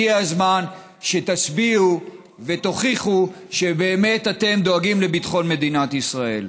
הגיע הזמן שתצביעו ותוכיחו שאתם באמת דואגים לביטחון מדינת ישראל.